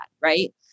right